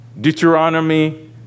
Deuteronomy